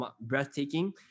breathtaking